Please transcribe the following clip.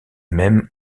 même